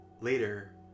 Later